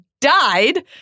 died